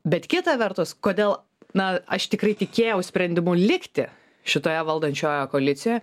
bet kita vertus kodėl na aš tikrai tikėjau sprendimu likti šitoje valdančiojoje koalicijoje